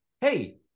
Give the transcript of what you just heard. hey